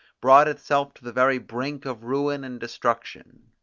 brought itself to the very brink of ruin and destruction.